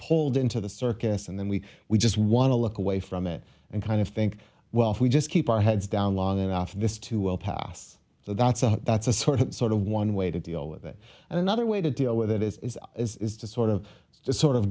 pulled into the circus and then we we just want to look away from it and kind of think well if we just keep our heads down long enough this too will pass so that's a that's a sort of sort of one way to deal with it and another way to deal with it is is to sort of just sort of